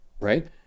Right